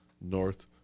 North